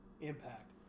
Impact